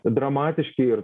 dramatiški ir